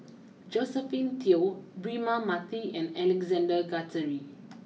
Josephine Teo Braema Mathi and Alexander Guthrie